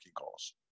calls